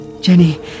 Jenny